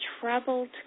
troubled